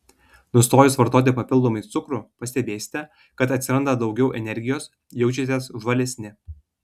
nustojus vartoti papildomai cukrų pastebėsite kad atsiranda daugiau energijos jaučiatės žvalesni